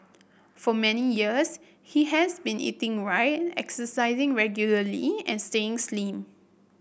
for many years he has been eating right exercising regularly and staying slim